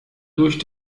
durch